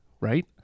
right